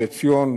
בעציון,